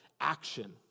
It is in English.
action